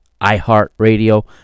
iHeartRadio